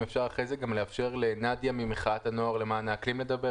אם אפשר אחרי זה לאפשר לנדיה ממחאת הנוער למען האקלים לדבר.